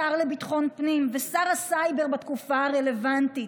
השר לביטחון הפנים ושר הסייבר בתקופה הרלוונטית.